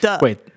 Wait